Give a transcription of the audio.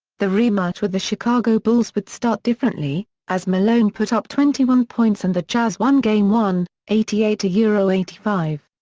the rematch with the chicago bulls would start differently, as malone put up twenty one points and the jazz won game one, eighty eight yeah eighty five.